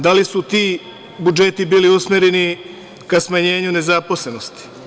Da li su ti budžeti bili usmereni ka smanjenju nezaposlenosti?